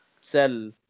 sell